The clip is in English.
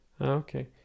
Okay